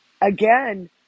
again